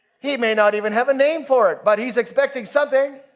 he may not even have a name for it but he's expecting something.